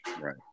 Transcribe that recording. right